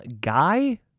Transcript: Guy